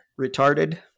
retarded